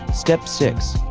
step six.